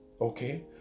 okay